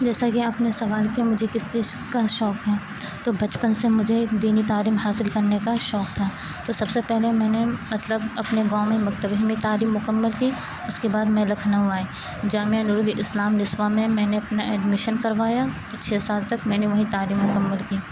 جیسا کہ آپ نے سوال کیا کہ مجھے کس چیز کا شوق ہے تو بچپن سے مجھے دینی تعلیم حاصل کرنے کا شوق تھا تو سب سے پہلے میں نے مطلب اپنے گاؤں میں مکتبہ میں تعلیم مکمل کی اس کے بعد میں لکھنؤ آئی جامعہ نورالاسلام نسواں میں میں نے اپنا ایڈمیشن کروایا چھ سال تک میں نے وہیں تعلیم مکمل کی